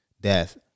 death